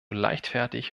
leichtfertig